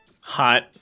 Hot